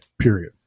Period